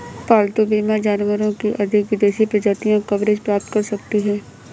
पालतू बीमा जानवरों की अधिक विदेशी प्रजातियां कवरेज प्राप्त कर सकती हैं